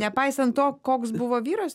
nepaisant to koks buvo vyras